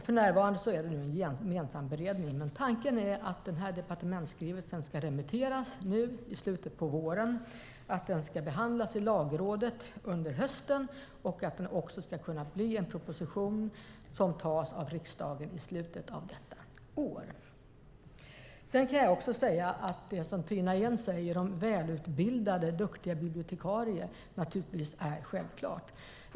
För närvarande är det en gemensam beredning, men tanken är att departementsskrivelsen ska remitteras i slutet av våren, behandlas i Lagrådet under hösten och kunna bli en proposition som antas av riksdagen i slutet av detta år. Sedan kan jag också säga att det Tina Ehn säger om välutbildade, duktiga bibliotekarier naturligtvis är självklart.